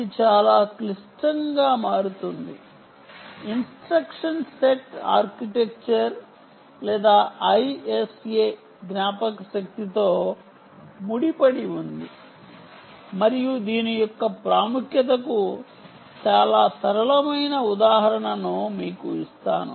ఇది చాలా క్లిష్టంగా మారుతుంది ఇన్స్ట్రక్షన్ సెట్ ఆర్కిటెక్చర్ లేదా ISA జ్ఞాపకశక్తితో ముడిపడి ఉంది మరియు దీని యొక్క ప్రాముఖ్యతకు చాలా సరళమైన ఉదాహరణను మీకు ఇస్తాను